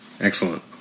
Excellent